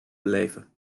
beleven